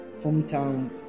hometown